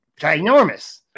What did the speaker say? ginormous